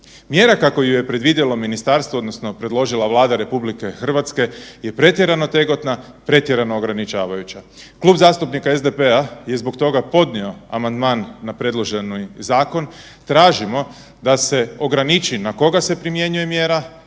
Mjera kako ju je predvidjelo ministarstvo odnosno predložila Vlada RH je pretjerano otegotna, pretjerano ograničavajuća. Klub zastupnika SDP-a je zbog podnio amandman na predloženi zakon, tražimo da se ograniči na koga se primjenjuje mjera,